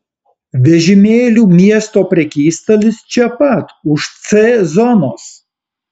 vežimėlių miesto prekystalis čia pat už c zonos